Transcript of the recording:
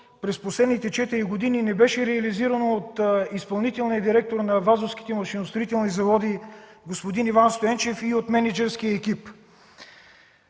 през последните четири години не беше реализирано от изпълнителния директор на „Вазовските машиностроителни заводи” господин Иван Стоенчев и от мениджърския екип.